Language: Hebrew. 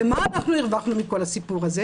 ומה אנחנו הרווחנו מכל הסיפור הזה?